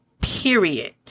period